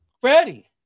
Freddie